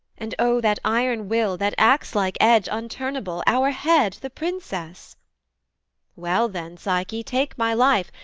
and o that iron will, that axelike edge unturnable, our head, the princess well then, psyche, take my life,